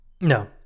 No